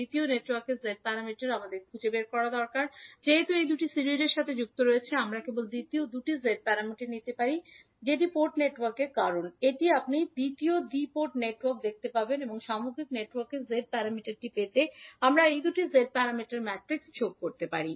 দ্বিতীয় নেটওয়ার্কের z প্যারামিটারটি আমাদের খুঁজে বের করা দরকার যেহেতু এই দুটি সিরিজের সাথে সংযুক্ত রয়েছে আমরা কেবল দ্বিতীয় দুটি z প্যারামিটারগুলি নিতে পারি পোর্ট নেটওয়ার্ক কারণ এটি আপনি দ্বিতীয় দ্বি পোর্ট নেটওয়ার্ক দেখতে পাবেন এবং সামগ্রিক নেটওয়ার্কের z প্যারামিটারটি পেতে আমরা এই দুটি z প্যারামিটার ম্যাট্রিকগুলি যোগ করতে পারি